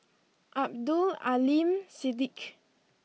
Abdul Aleem Siddique